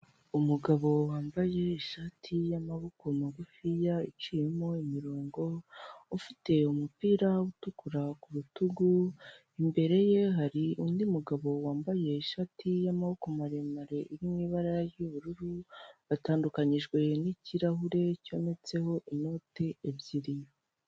Umugabo wambaye ishati y'amaboko magufi yaciyemo imirongo ufite umupira utukura ku rutugu imbere ye hari undi mugabo wambaye ishati y'amaboko maremare iri mu ibara ry'ubururu atandukanijwe n'ikirahure cyometseho inoti ebyiri.